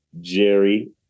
Jerry